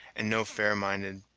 and no fair-minded,